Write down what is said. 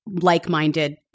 like-minded